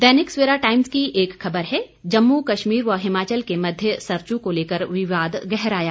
दैनिक Savera Times की एक खबर है जम्मू कश्मीर व हिमाचल के मध्य सरचू को लेकर विवाद गहराया